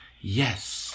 yes